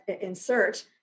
insert